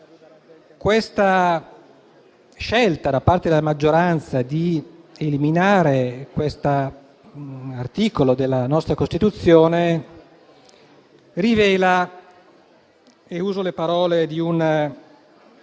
la scelta da parte della maggioranza di eliminare questo articolo della nostra Costituzione rivela - usando le parole di un